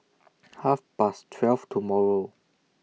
Half Past twelve tomorrow